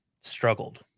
struggled